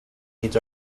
needs